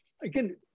again